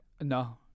no